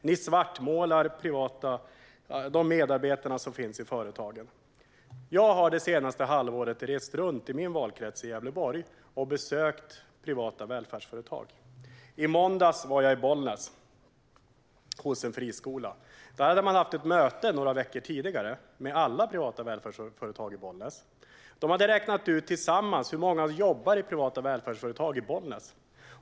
Ni svartmålar de medarbetare som finns i de privata företagen. Jag har under det senaste halvåret rest runt i min valkrets, Gävleborg, och besökt privata välfärdsföretag. I måndags besökte jag en friskola i Bollnäs. Några veckor tidigare hade man haft ett möte med alla privata välfärdsföretag i Bollnäs. De hade räknat ut hur många det är som jobbar i privata välfärdsföretag i Bollnäs.